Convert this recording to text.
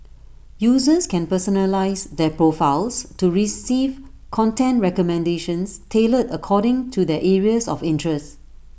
users can personalise their profiles to receive content recommendations tailored according to their areas of interest